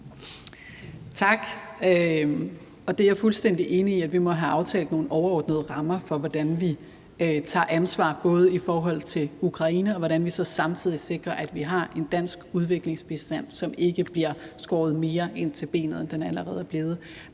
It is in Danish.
Tak. Det er jeg fuldstændig enig i. Vi må have aftalt nogle overordnede rammer for, hvordan vi tager ansvar i forhold til Ukraine, og hvordan vi samtidig sikrer, at vi har en dansk udviklingsbistand, som ikke bliver skåret mere ind til benet, end den allerede er blevet.